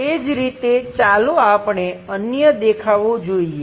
એ જ રીતે ચાલો આપણે અન્ય દેખાવો જોઈએ